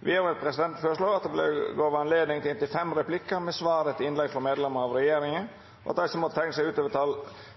Vidare vil presidenten føreslå at det vert gjeve anledning til inntil fem replikkar med svar etter innlegg frå medlemer av regjeringa, og at dei som måtte teikna seg